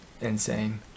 insane